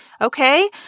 okay